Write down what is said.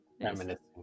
Reminiscing